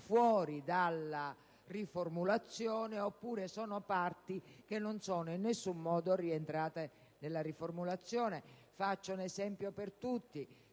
dalla riformulazione oppure sono parti che non sono in alcun modo rientrate nella riformulazione. Faccio un esempio per tutti: